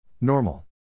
Normal